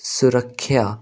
ਸੁਰੱਖਿਆ